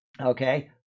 okay